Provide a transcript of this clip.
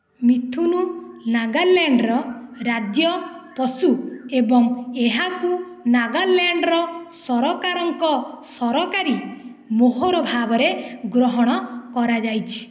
ମିଥୁନ ନାଗାଲାଣ୍ଡର ରାଜ୍ୟ ପଶୁ ଏବଂ ଏହାକୁ ନାଗାଲାଣ୍ଡର ସରକାରଙ୍କ ସରକାରୀ ମୋହର ଭାବରେ ଗ୍ରହଣ କରାଯାଇଛି